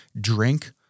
drink